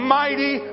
mighty